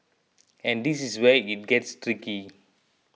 and this is where it gets tricky